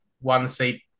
one-seat